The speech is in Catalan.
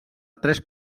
tres